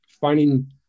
finding